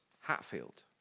Hatfield